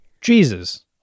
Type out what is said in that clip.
Jesus